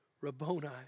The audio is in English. Rabboni